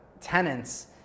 tenants